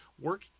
work